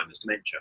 dementia